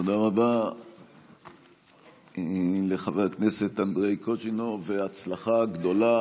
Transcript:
תודה רבה לחבר הכנסת אנדרי קוז'ינוב והצלחה גדולה.